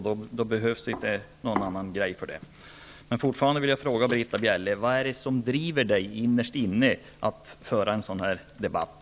Det behövs inte något annat för det. Jag vill fortfarande fråga Britta Bjelle vad det är som innerst inne driver henne att föra en sådan debatt.